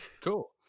cool